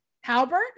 Halbert